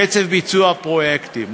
קצב ביצוע הפרויקטים,